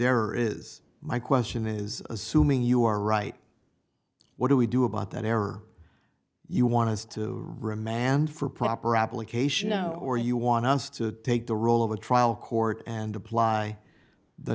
error is my question is assuming you are right what do we do about that error you want is to remand for proper application no or you want us to take the role of a trial court and apply the